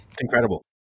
incredible